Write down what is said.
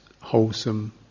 wholesome